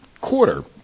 quarter